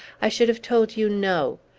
i should have told you no!